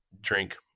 drink